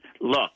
look